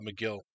McGill